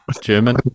German